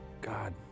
God